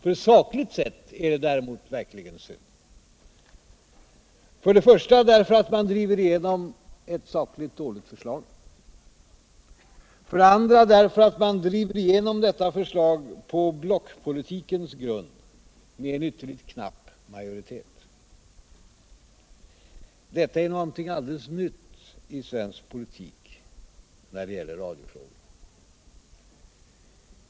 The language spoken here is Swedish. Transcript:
Men sakligt sett är det verkligen synd. För det första därför att man driver igenom ett sakligt dåligt förslag. För det andra därför att man driver igenom detta förslag på blockpolitikens grund med en ytterligt knapp majoritet. Detta är någonting alldeles nytt i svensk politik när det gäller radiofrågor.